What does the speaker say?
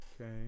Okay